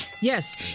Yes